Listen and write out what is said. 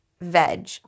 veg